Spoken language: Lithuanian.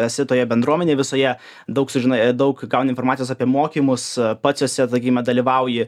esi toje bendruomenėj visoje daug sužinai daug gauni informacijos apie mokymus pats esi vat sakyme dalyvauji